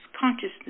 consciousness